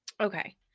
Okay